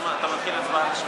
אני קובע כי הצעת החוק אושרה,